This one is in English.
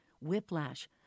whiplash